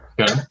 Okay